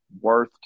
worth